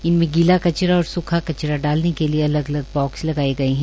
इनमें गीला कचरा और सूखा डालने के लिए अलग अलग बाक्स लगाए गए है